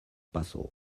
paso